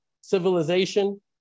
civilization